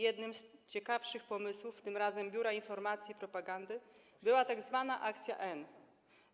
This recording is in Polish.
Jednym z ciekawszych pomysłów, tym razem Biura Informacji i Propagandy, była tzw. akcja „N”